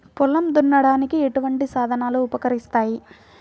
పొలం దున్నడానికి ఎటువంటి సాధనలు ఉపకరిస్తాయి?